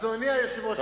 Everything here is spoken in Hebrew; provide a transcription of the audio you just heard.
אדוני היושב-ראש,